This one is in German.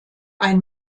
ein